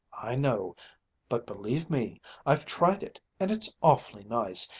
i know but, believe me i've tried it and it's awfully nice,